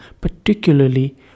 particularly